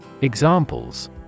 Examples